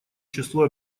число